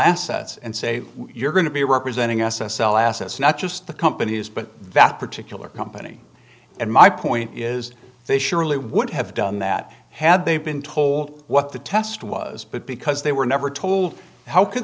assets and say you're going to be representing us to sell assets not just the companies but that particular company and my point is they surely would have done that had they been told what the test was but because they were never told how could